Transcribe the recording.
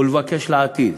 ולבקש לעתיד.